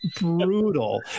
brutal